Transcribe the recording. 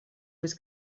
was